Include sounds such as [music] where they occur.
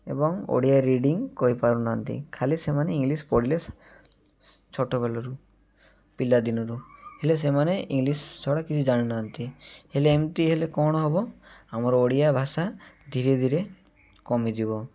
ଏବଂ ଓଡ଼ିଆ ରିଡ଼ିଂ କହିପାରୁନାହାନ୍ତି ଖାଲି ସେମାନେ ଇଂଲିଶ୍ ପଢ଼ିଲେ [unintelligible] ଛୋଟବେଳରୁ ପିଲାଦିନରୁ ହେଲେ ସେମାନେ ଇଂଲିଶ୍ ଛଡ଼ା କିଛି ଜାଣିନାହାନ୍ତି ହେଲେ ଏମିତି ହେଲେ କ'ଣ ହବ ଆମର ଓଡ଼ିଆ ଭାଷା ଧୀରେ ଧୀରେ କମିଯିବ